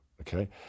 okay